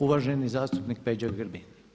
Uvaženi zastupnik Peđa Grbin.